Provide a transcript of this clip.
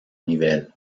nivel